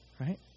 right